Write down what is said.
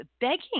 begging